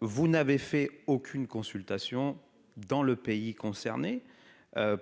vous n'avez fait aucune consultation dans le pays concerné